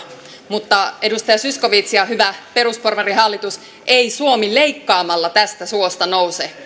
mutta edustaja zyskowicz ja hyvä perusporvarihallitus ei suomi leikkaamalla tästä suosta nouse